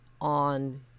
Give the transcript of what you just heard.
on